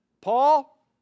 Paul